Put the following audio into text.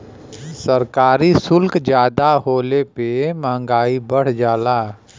सरकारी सुल्क जादा होले पे मंहगाई बढ़ जाला